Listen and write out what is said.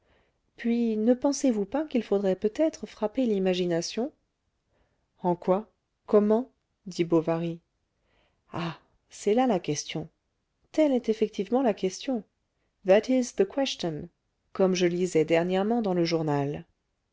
puis ne pensez-vous pas qu'il faudrait peut-être frapper l'imagination en quoi comment dit bovary ah c'est là la question telle est effectivement la question that is the question comme je lisais dernièrement dans le journal